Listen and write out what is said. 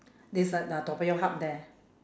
this one uh toa payoh hub there